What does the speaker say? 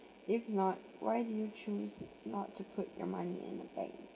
if not why do you choose not to put your money in the bank